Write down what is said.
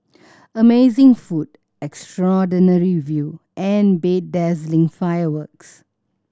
amazing food extraordinary view and bedazzling fireworks